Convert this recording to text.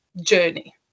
journey